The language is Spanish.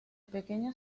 pequeño